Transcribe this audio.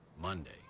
Monday